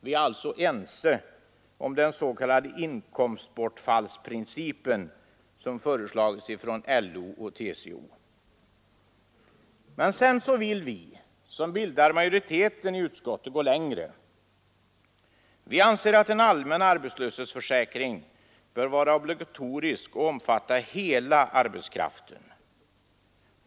Vi är alltså ense om den s.k. inkomstbortfallsprincipen, som föreslagits från LO och TCO. Men sedan vill vi som bildar majoriteten i utskottet gå längre. Vi anser att en allmän arbetslöshetsförsäkring bör vara obligatorisk och omfatta hela arbetskraften.